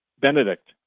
Benedict